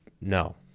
No